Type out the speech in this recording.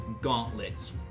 gauntlets